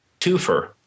twofer